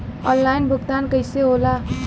Online भुगतान कईसे होला?